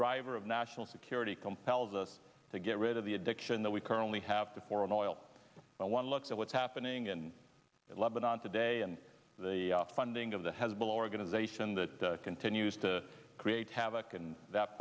driver of national security compels us to get rid of the addiction that we currently have to foreign oil one looks at what's happening in lebanon today and the funding of the hezbollah organization that continues to create havoc and that